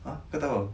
ah kau tak faham